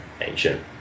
ancient